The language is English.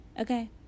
Okay